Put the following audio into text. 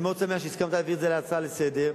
אני שמח מאוד שהסכמת להעביר את זה להצעה לסדר-היום.